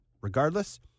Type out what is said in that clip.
Regardless